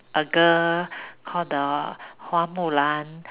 a girl called the Hua-Mulan